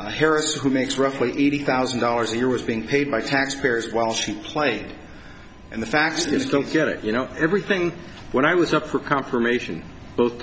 harris who makes roughly eighty thousand dollars a year was being paid by taxpayers while she played and the fact is don't get it you know everything when i was up for confirmation both